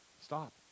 stop